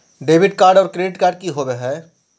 Debit card और credit card की होवे हय?